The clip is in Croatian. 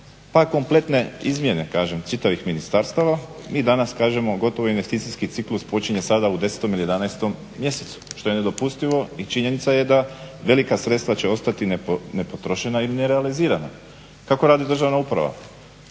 i kompletne izmjene kažem čitavih ministarstava mi danas kažemo gotovo investicijski ciklus počinje sada u 10. ili 11. mjesecu što je nedopustivo i činjenica je da velika sredstva će ostati nepotrošena i nerealizirana. Kako radi Državna uprava?